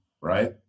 right